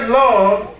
love